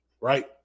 right